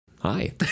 hi